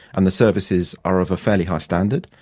and the services are of a fairly high standard.